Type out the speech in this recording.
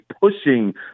pushing